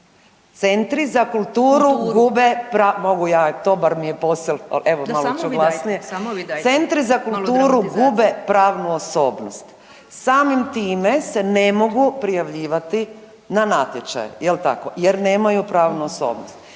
centri za kulture gube pravnu osobnost, samim time se ne mogu prijavljivati na natječaje jel teko, jer nemaju pravnu osobnost.